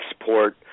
export